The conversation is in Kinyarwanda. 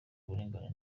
uburinganire